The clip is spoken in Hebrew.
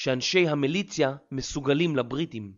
שאנשי המיליציה מסוגלים לבריטים.